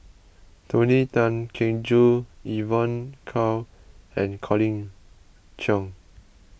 Tony Tan Keng Joo Evon Kow and Colin Cheong